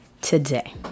today